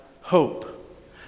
hope